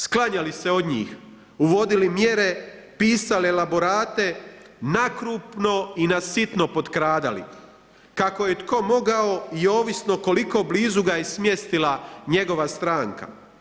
Sklanjali se od njih, uvodili mjere, pisali elaborate, nakrupno i nasitno potkradali kako je tko mogao i ovisno koliko blizu ga je smjestila njegova stranka.